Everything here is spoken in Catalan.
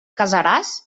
casaràs